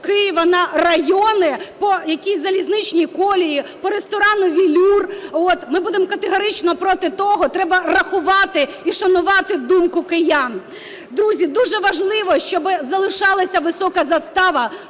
Києва на райони по якійсь залізничній колії, по ресторану "Велюр". Ми будемо категорично проти того. Треба рахувати і шанувати думку киян. Друзі, дуже важливо, щоби залишалася висока застава,